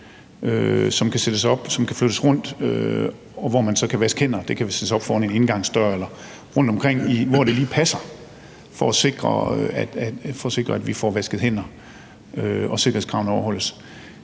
som kan sættes op, og som kan flyttes rundt, og hvor man så kan vaske hænder. De kan sættes op foran en indgangsdør eller rundtomkring, hvor det lige passer, for at sikre, at vi får vasket hænder, og at sikkerhedskravene overholdes.